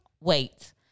Wait